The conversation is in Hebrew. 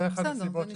זו אחת הסיבות לזה.